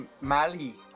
Mali